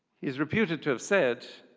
he's reputed to have said,